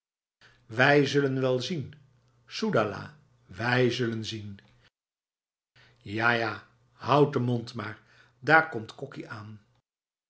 wij zullen wel zien soedahlah wij zullen zien ja ja houd de mond maar daar komt kokki aan